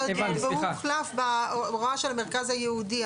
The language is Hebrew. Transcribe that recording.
והוא הוחלף בהוראה של המרכז הייעודי.